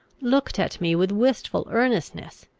looked at me with wistful earnestness,